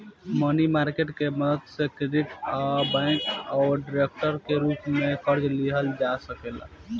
मनी market के मदद से क्रेडिट आ बैंक ओवरड्राफ्ट के रूप में कर्जा लिहल जा सकेला